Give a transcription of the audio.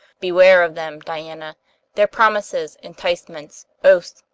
beware of them, diana their promises, enticements, oaths,